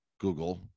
Google